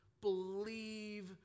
believe